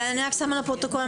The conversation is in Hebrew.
אני שמה לפרוטוקול,